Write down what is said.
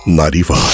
95